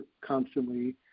constantly